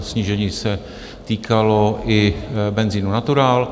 Snížení se týkalo i benzinu Natural.